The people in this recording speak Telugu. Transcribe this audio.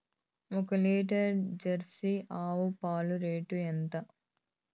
ఒక లీటర్ జెర్సీ ఆవు పాలు రేటు ఎంత?